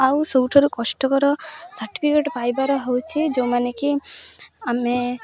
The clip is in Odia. ଆଉ ସବୁଠାରୁ କଷ୍ଟକର ସାର୍ଟିଫିକେଟ୍ ପାଇବାର ହେଉଛି ଯେଉଁମାନେ କି ଆମେ